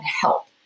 help